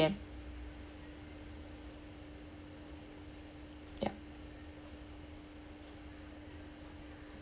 yup